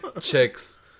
Chicks